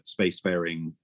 spacefaring